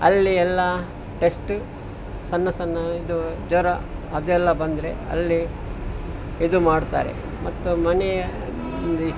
ಅಲ್ಲಿ ಎಲ್ಲ ಟೆಸ್ಟ್ ಸಣ್ಣ ಸಣ್ಣ ಇದು ಜ್ವರ ಅದೆಲ್ಲ ಬಂದರೆ ಅಲ್ಲಿ ಇದು ಮಾಡ್ತಾರೆ ಮತ್ತು ಮನೆಯಲ್ಲಿ